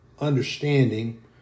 understanding